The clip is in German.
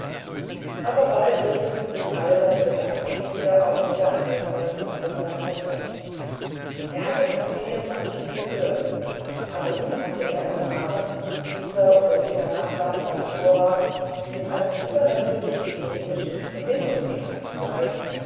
aber bald richteten sich alle seine gedanken wieder auf die geheimnisvollen worte seiner mutter er hatte von feen manches gehört aber nie hatte er erfahren daß dieser oder jener nachbar in balsora mit einem übernatürlichen genius in verbindung gestanden sei